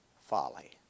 folly